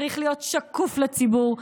צריך להיות שקוף לציבור.